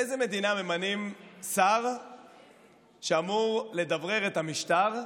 באיזו מדינה ממנים שר שאמור לדברר את המשטר.